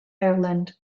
ireland